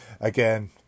again